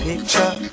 Picture